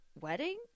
wedding